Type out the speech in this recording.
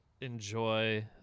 enjoy